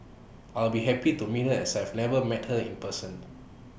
I'll be happy to meet her as I've never met her in person